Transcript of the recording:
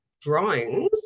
drawings